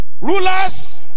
Rulers